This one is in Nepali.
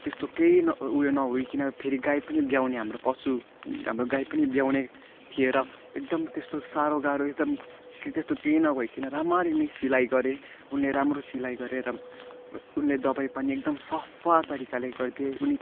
त्यस्तो केही न उयो नभईकन फेरि गाई पनि ब्याउने हाम्रो पशु हाम्रो गाई पनि ब्याउने थियो र एकदम त्यस्तो साह्रो गाह्रो एकदम केही त्यस्तो केही नभईकन राम्ररी नै सिलाइ गरे उनले राम्रो सिलाइ गरे र उनले दबाई पनि एकदम सफा तरिकाले गरिदिए उनी